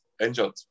injured